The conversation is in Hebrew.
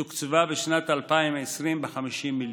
התוכנית הלאומית תוקצבה בשנת 2020 ב-50 מיליון.